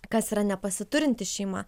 kas yra nepasiturinti šeima